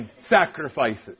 sacrifices